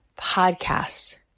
podcasts